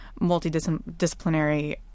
multidisciplinary